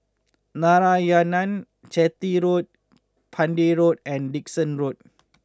Narayanan Chetty Road Pender Road and Dickson Road